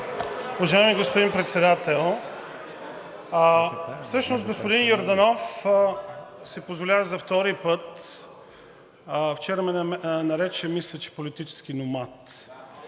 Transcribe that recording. Уважаеми господин Председател! Всъщност господин Йорданов си позволява за втори път – вчера ме нарече, мисля, политически номад…